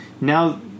Now